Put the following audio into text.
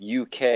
UK